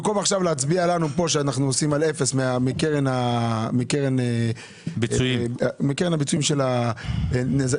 במקום שנצביע עכשיו פה שאנחנו עושים אפס מקרן הפיצויים של הנזק,